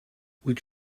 would